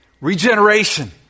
Regeneration